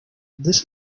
this